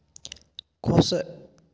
खुश